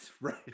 right